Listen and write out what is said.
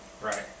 Right